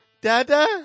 dada